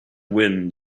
wind